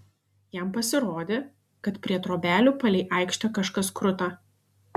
jam pasirodė kad prie trobelių palei aikštę kažkas kruta